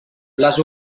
les